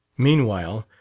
meanwhile,